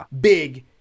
big